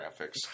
graphics